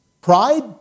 pride